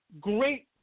great